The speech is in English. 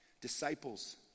Disciples